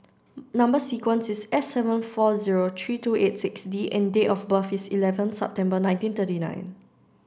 number sequence is S seven four zero three two eight six D and date of birth is eleven September nineteen thirty nine